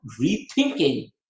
rethinking